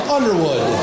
Underwood